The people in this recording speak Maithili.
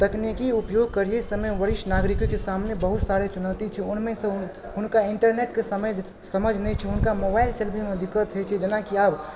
तकनीकी उपयोग करय समय वरिष्ठ नागरिकक सामने बहुत सारी चुनौती छै ओहिमेसँ हुनका इंटरनेटके समझ नहि छै हुनका मोबाइल चलबयमे दिक्कत होइ छै जेना की आब